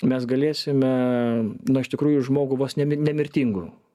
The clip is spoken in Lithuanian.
mes galėsime na iš tikrųjų žmogų vos ne nemirtingu